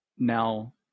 Now